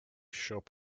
shop